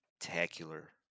spectacular